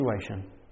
situation